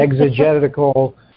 exegetical